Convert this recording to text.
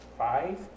five